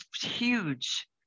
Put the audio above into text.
huge